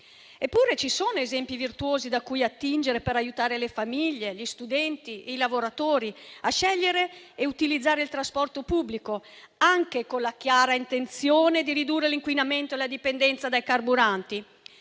Eppure, ci sono esempi virtuosi da cui attingere per aiutare le famiglie, gli studenti e i lavoratori a scegliere di utilizzare il trasporto pubblico, anche con la chiara intenzione di ridurre l'inquinamento e la dipendenza dai carburanti.